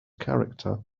character